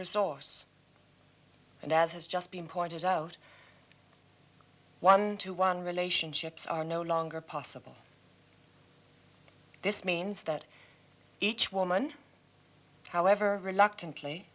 resource and as has just been pointed out one to one relationships are no longer possible this means that each woman however reluctant